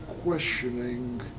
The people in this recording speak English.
questioning